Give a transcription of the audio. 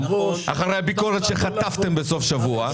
אחרי הביקורת שחטפתם בסוף השבוע.